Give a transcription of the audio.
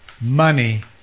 money